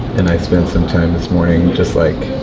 and i spent some time this morning just, like,